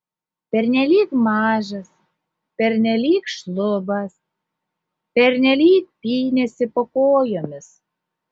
pernelyg mažas pernelyg šlubas pernelyg pynėsi po kojomis